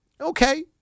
Okay